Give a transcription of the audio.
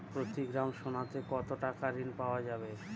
প্রতি গ্রাম সোনাতে কত টাকা ঋণ পাওয়া যাবে?